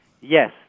Yes